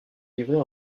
livrés